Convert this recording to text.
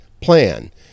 plan